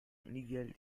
légale